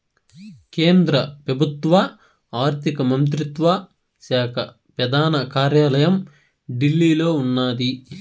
కేంద్ర పెబుత్వ ఆర్థిక మంత్రిత్వ శాక పెదాన కార్యాలయం ఢిల్లీలో ఉన్నాది